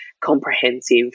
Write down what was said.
comprehensive